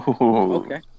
Okay